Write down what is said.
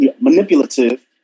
manipulative